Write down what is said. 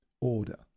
Order